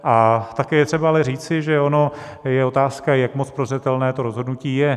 A také je třeba ale říci, že ono je otázka, jak moc prozřetelné to rozhodnutí je.